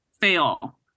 fail